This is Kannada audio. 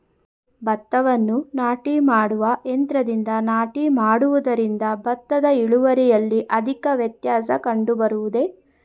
ಭತ್ತವನ್ನು ನಾಟಿ ಮಾಡುವ ಯಂತ್ರದಿಂದ ನಾಟಿ ಮಾಡುವುದರಿಂದ ಭತ್ತದ ಇಳುವರಿಯಲ್ಲಿ ಅಧಿಕ ವ್ಯತ್ಯಾಸ ಕಂಡುಬರುವುದೇ?